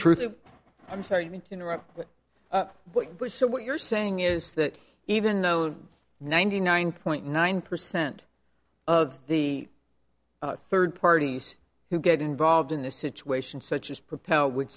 truth is i'm sorry to interrupt but what was so what you're saying is that even though ninety nine point nine percent of the third parties who get involved in a situation such as propel would